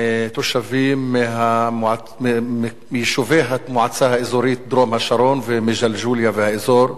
תושבים מיישובי המועצה האזורית דרום-השרון ומג'לג'וליה והאזור,